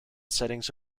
settings